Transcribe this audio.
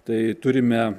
tai turime